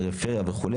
הפריפריה וכו'.